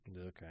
Okay